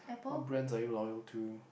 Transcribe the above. what brands are you loyal to